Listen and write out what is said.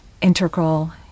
integral